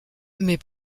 mais